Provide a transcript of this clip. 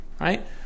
right